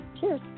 Cheers